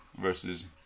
versus